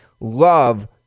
love